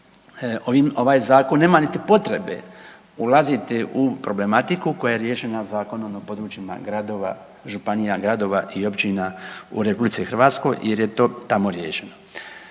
ovaj Zakon nema niti potrebe ulaziti u problematiku koja je riješena Zakonom o područjima gradova, županija, gradova i općina u RH, jer je to tamo riješeno.